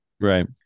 Right